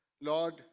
Lord